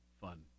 fun